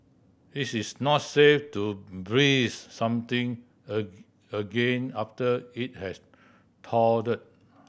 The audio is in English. it is not safe to freeze something a again after it has thawed